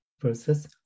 versus